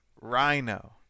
Rhino